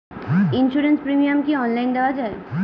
Insurance premium কি online দেওয়া যায়?